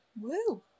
Woo